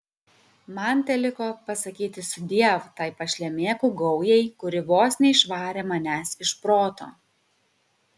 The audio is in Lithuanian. man teliko pasakyti sudiev tai pašlemėkų gaujai kuri vos neišvarė manęs iš proto